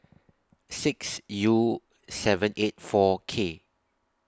six U seven eight four K